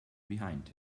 behind